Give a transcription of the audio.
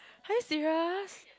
are you serious